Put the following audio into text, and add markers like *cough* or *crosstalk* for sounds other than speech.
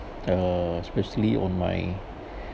uh especially on my *breath*